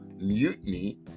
mutiny